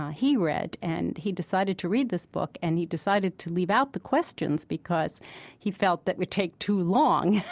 ah he read, and he decided to read this book. and he decided to leave out the questions, because he felt that would take too long